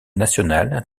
nationale